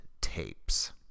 Tapes